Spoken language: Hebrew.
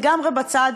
לגמרי בצד,